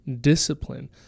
discipline